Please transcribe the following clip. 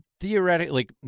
theoretically